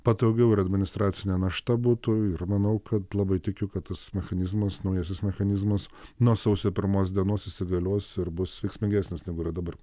patogiau ir administracinė našta būtų ir manau kad labai tikiu kad tas mechanizmas naujasis mechanizmas nuo sausio pirmos dienos įsigalios ir bus veiksmingesnis negu yra dabar